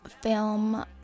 film